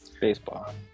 Baseball